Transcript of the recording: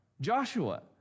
Joshua